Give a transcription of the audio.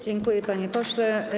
Dziękuję, panie pośle.